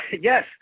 Yes